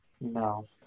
no